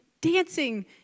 dancing